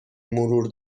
مرور